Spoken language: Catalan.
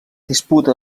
disputa